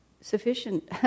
sufficient